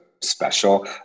special